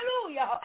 Hallelujah